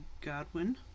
Godwin